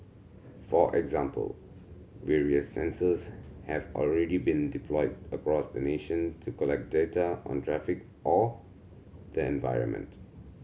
for example various sensors have already been deployed across the nation to collect data on traffic or the environment